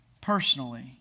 personally